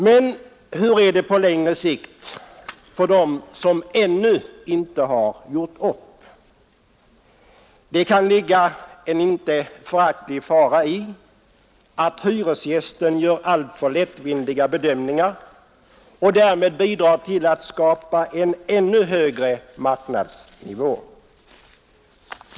Men hur är det på längre sikt för den som ännu inte har gjort upp? Det kan ligga en inte föraktligt fara i att hyresgästen gör alltför lättvindiga bedömningar och därmed bidrar till att skapa en ännu högre marknadsnivå.